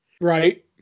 Right